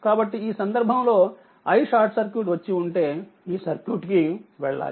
కాబట్టిఈసందర్భంలోiSC వచ్చి ఉంటేఈ సర్క్యూట్ కి వెళ్ళాలి